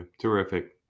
terrific